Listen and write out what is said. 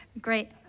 Great